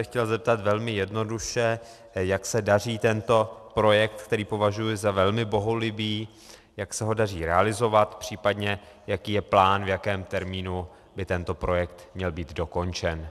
Chtěl jsem se zeptat velmi jednoduše, jak se daří tento projekt, který považuji za velmi bohulibý, jak se ho daří realizovat, případně jaký je plán, v jakém termínu by tento projekt měl být dokončen.